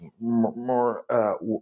more